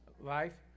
life